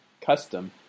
custom